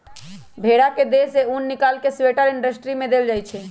भेड़ा के देह से उन् निकाल कऽ स्वेटर इंडस्ट्री में देल जाइ छइ